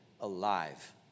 alive